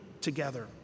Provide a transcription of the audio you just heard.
together